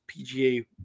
PGA